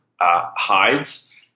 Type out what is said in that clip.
hides